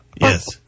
Yes